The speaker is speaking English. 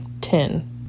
ten